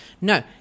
No